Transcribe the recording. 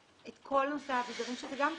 כשאת כל נושא האביזרים שזה גם כסף,